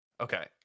Okay